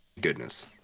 Goodness